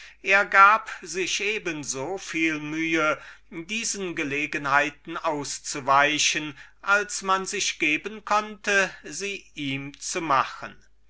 er gab sich eben so viel mühe diese gelegenheiten auszuweichen als man sich geben konnte sie ihm zu machen